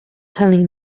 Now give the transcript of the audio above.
telling